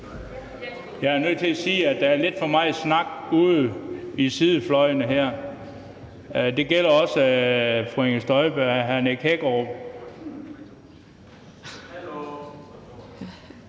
Jeg er nødt til at sige, at der er lidt for meget snak ude i sidefløjene. Det gælder også fru Inger Støjberg og